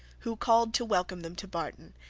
who called to welcome them to barton,